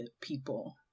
people